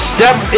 Step